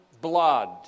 blood